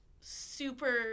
super